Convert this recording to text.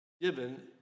given